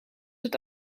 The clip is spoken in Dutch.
het